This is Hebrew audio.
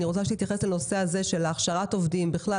אני רוצה שתתייחס לנושא הזה של הכשרת עובדים בכלל,